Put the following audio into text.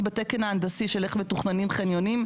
בתקן ההנדסי של איך מתוכננים חניונים,